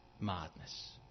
madness